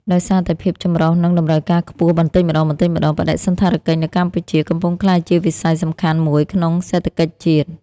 ដោយសារតែភាពចម្រុះ និងតម្រូវការខ្ពស់បន្តិចម្ដងៗ បដិសណ្ឋារកិច្ចនៅកម្ពុជា កំពុងក្លាយជាវិស័យសំខាន់មួយក្នុងសេដ្ឋកិច្ចជាតិ។